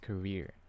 career